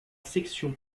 section